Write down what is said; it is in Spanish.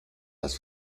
las